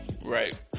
Right